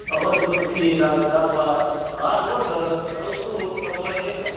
અ બધુ બધુ ખીર આવે દાળ ભાત હા રોજ રોજ શું કે અઠવાળિયામાં એકવાર